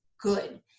good